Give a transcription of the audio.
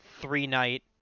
three-night